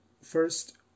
first